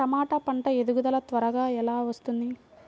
టమాట పంట ఎదుగుదల త్వరగా ఎలా వస్తుంది?